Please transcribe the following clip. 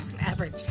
Average